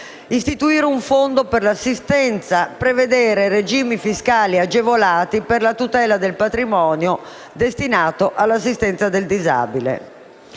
istituire un fondo per l'assistenza e prevedere regimi fiscali agevolati per la tutela del patrimonio destinato all'assistenza del disabile.